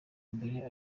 mbere